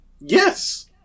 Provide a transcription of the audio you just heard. Yes